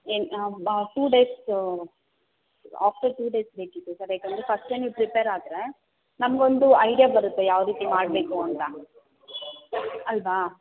ಏನು ಹಾಂ ಬಾ two days after two days ಬೇಕಿತ್ತು ಸರ್ ಯಾಕೆಂದರೆ ಫಸ್ಟೇ ನೀವು ಪ್ರಿಪೇರ್ ಆದರೆ ನಮ್ಗೆ ಒಂದು ಐಡಿಯಾ ಬರುತ್ತೆ ಯಾವ ರೀತಿ ಮಾಡಬೇಕು ಅಂತ ಅಲ್ವಾ